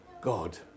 God